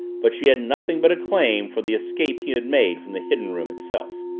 but she had nothing but acclaim for the escape he had made from the hidden room itself.